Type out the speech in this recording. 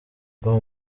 bwo